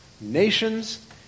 Nations